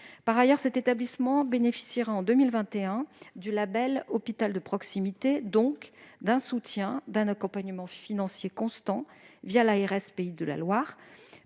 Par ailleurs, cet établissement bénéficiera, en 2021, du label « hôpital de proximité », donc d'un soutien et d'un accompagnement financier constants l'ARS Pays de la Loire.